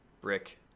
brick